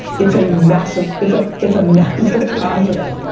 it's a massive, it's ah it's a massive positive.